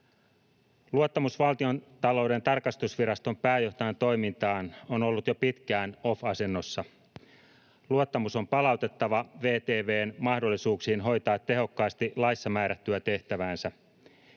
Luottamus Valtiontalouden tarkastusviraston pääjohtajan toimintaan on ollut jo pitkään off-asennossa. Luottamus on palautettava VTV:n mahdollisuuksiin hoitaa tehokkaasti laissa määrättyä tehtäväänsä.